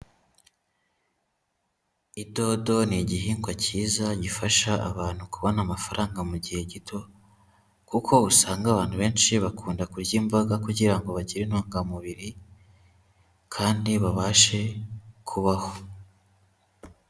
Idodo ni igihingwa cyiza gifasha abantu kubona amafaranga mu gihe gito, kuko usanga abantu benshi bakunda kurya imboga kugira ngo bagire intungamubiri kandi babashe kubaho.